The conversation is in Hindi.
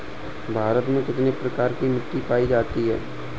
भारत में कितने प्रकार की मिट्टी पायी जाती है?